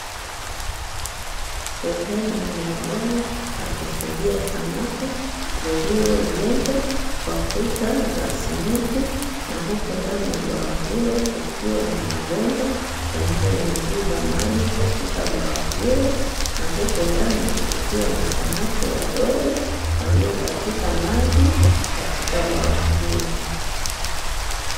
Sehemu ya bwawa la kufugia samaki lililojengwa kwa kuta za simenti, na huku ndani ya bwawa hilo kukiwa na mabomba yanayoingiza maji katika bwawa hilo, na huku ndani kukiwa na samaki wadogo walio katika maji katika bwawa hilo.